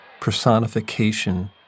personification